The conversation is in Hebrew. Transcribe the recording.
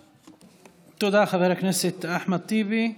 תודה, חבר הכנסת אחמד טיבי.